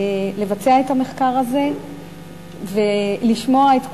לבצע את המחקר הזה ולשמוע את כולם,